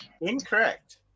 Incorrect